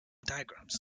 diagrams